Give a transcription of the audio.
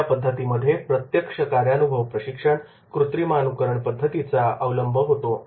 या पद्धतींमध्ये प्रत्यक्ष कार्यानुभव प्रशिक्षण कृत्रिमानुकरण पद्धतींचा अंतर्भाव होतो